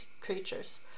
creatures